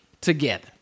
together